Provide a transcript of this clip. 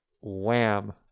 Wham